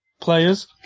players